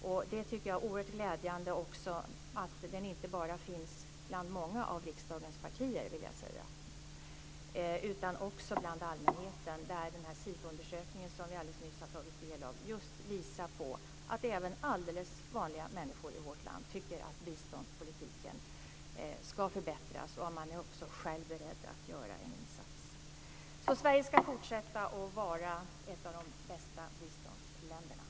Och jag tycker att det är oerhört glädjande att den inte bara finns bland många av riksdagens partier, utan också hos allmänheten, där den Sifoundersökning som vi nyss har tagit del av just visar att även alldeles vanliga människor i vårt land tycker att biståndspolitiken ska förbättras, och att man också är beredd att själv göra en insats. Så Sverige ska fortsätta att vara ett av de bästa biståndsländerna.